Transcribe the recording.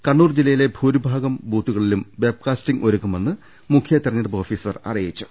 കണ്ണൂർ ജില്ലയിലെ ഭൂരി ഭാഗം ബൂത്തുകളിലും വെബ്കാസ്റ്റിംഗ് ഒരുക്കുമെന്ന് മുഖ്യ തെരഞ്ഞെടുപ്പ് ഓഫീസർ അറിയിച്ചു